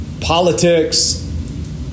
politics